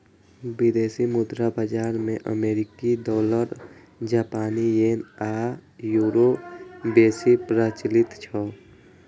विदेशी मुद्रा बाजार मे अमेरिकी डॉलर, जापानी येन आ यूरो बेसी प्रचलित छै